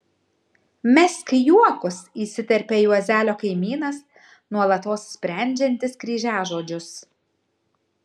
mesk juokus įsiterpia juozelio kaimynas nuolatos sprendžiantis kryžiažodžius